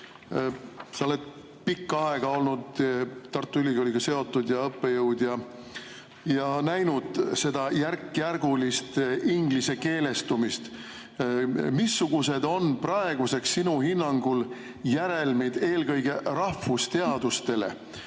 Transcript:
Sa oled pikka aega olnud Tartu Ülikooliga seotud, õppejõud, ja näinud seda järkjärgulist ingliskeelestumist. Missugused on praeguseks sinu hinnangul järelmid eelkõige rahvusteadustele?